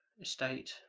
Estate